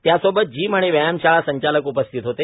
त्यांच्यासोबत जीम आणि व्यायाम शाळा संचालक उपस्थित होते